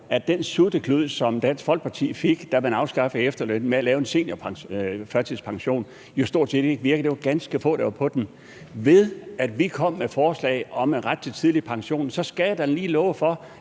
at den sutteklud, som Dansk Folkeparti fik, da man afskaffede efterlønnen, med at lave en seniorførtidspension, stort set ikke virkede. Det var ganske få, der var på den. Da vi kom med et forslag om en ret til tidlig pension, skal jeg da lige love for,